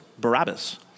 Barabbas